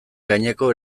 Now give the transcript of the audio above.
gaineko